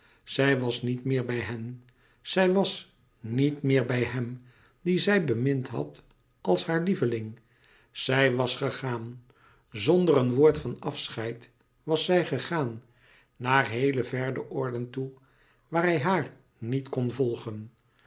zij was niet meer bij hen zij was niet meer bij hem dien zij bemind had als haar lieveling zij was gegaan zonder een woord van afscheid was zij gegaan naar heele verre oorden toe waar hij haar niet kon volgen